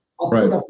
Right